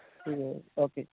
okay ਜੀ